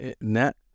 net